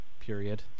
period